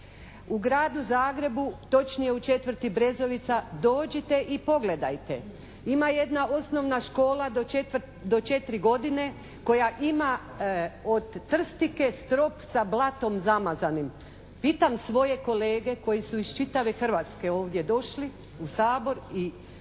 U Gradu Zagrebu točno u četvrti Brezovica dođite i pogledajte. Ima jedna osnovna škola do četiri godine koja ima od trstike strop sa blatom zamazanim. Pitam svoje kolege koji su iz čitave Hrvatske ovdje došli u Sabor i